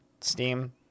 Steam